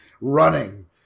running